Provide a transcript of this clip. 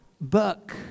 book